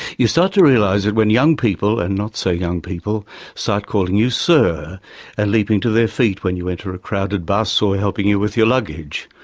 you start to realise it when young people and not so young people start calling you sir and leaping to their feet when you enter a crowded bus or helping you with your luggage.